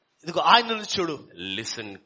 listen